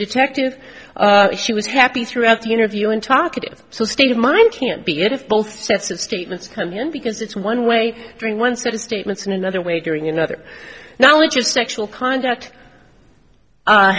detective she was happy throughout the interview and talkative so state of mind can't be good if both sets of statements come in because it's one way during one set of statements in another way during another knowledge of sexual contact